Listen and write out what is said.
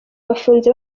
bafunze